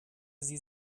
sie